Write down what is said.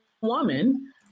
woman